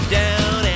down